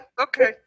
Okay